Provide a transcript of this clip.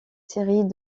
série